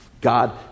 God